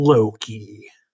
Loki